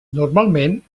normalment